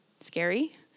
scary